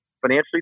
financially